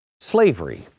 slavery